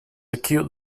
acute